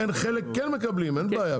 חלק כן מקבלים, אין בעיה.